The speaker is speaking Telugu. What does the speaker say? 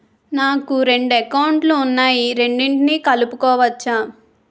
నాకు రెండు అకౌంట్ లు ఉన్నాయి రెండిటినీ కలుపుకోవచ్చా?